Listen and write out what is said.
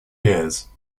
years